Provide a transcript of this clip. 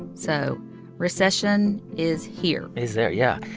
so recession is here is there, yeah.